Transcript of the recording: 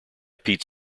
pete